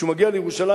כשהוא מגיע לירושלים,